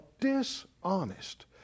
dishonest